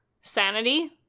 sanity